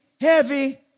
heavy